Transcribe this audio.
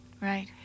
right